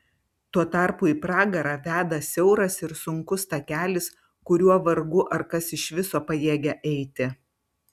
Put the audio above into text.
tuo tarpu į pragarą veda siauras ir sunkus takelis kuriuo vargu ar kas iš viso pajėgia eiti